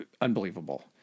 unbelievable